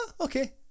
okay